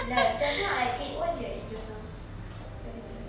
like just now I eat what did I eat just now let me think